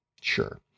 Sure